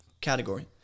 category